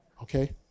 Okay